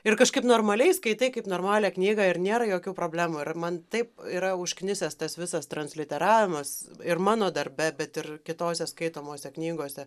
ir kažkaip normaliai skaitai kaip normalią knygą ir nėra jokių problemų ir man taip yra užknisęs tas visas transliteravimas ir mano darbe bet ir kitose skaitomose knygose